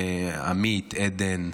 לעמית, עדן ויובל,